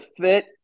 fit